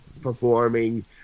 performing